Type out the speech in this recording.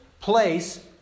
place